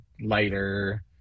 lighter